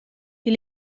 die